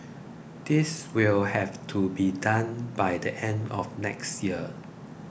this will have to be done by the end of next year